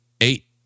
eight